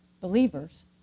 believers